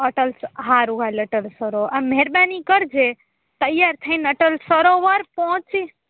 hotels હારું હાલો તમે ફરો આમ મેહરબાની કરજે તૈયાર થઈને અટલ સરોવર પોચીસ